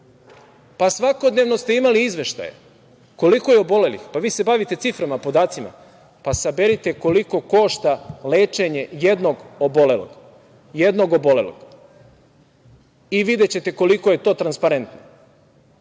pa svakodnevno ste imali izveštaje koliko je obolelih, pa vi se bavite ciframa, podacima, pa saberite koliko košta lečenje jednog obolelog i videćete koliko je to transparentno?